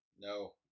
No